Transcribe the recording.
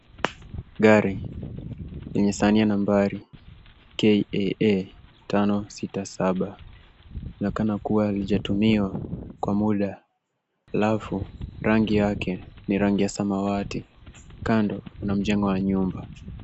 Gari yenye sahani ya nambari KAA 567 linaonekana kuwa halijatumiwa kwa muda halafu rangi yake ni rangi ya samawati. Kando kuna mjengo wa nyumba.